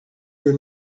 your